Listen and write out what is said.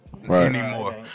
anymore